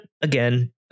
again